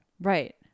Right